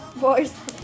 Boys